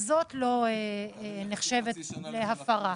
זאת לא נחשבת הפרה.